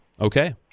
Okay